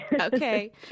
okay